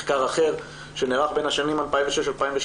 מחקר אחר שנערך בין השנים 2006 2012